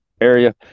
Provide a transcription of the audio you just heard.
area